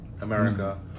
America